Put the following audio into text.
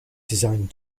designed